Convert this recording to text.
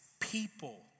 people